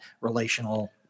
relational